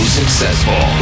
successful